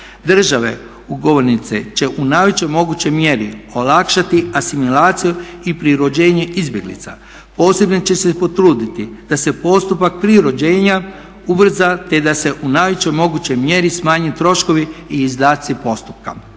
"Države ugovornice će u najvećoj mogućoj mjeri olakšati asimilaciju i pri rođenju izbjeglica. Posebno će se potruditi da se postupak prije uređenja ubrza, te da se u najvećoj mogućoj mjeri smanje troškovi i izdatci postupka.